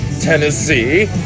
Tennessee